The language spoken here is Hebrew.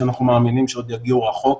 שאנחנו מאמינים שעוד יגיעו רחוק,